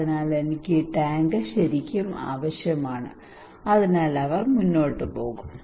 അതിനാൽ എനിക്ക് ഈ ടാങ്ക് ശരിക്കും ആവശ്യമാണ് അതിനാൽ അവൻ മുന്നോട്ട് പോകും